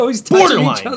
Borderline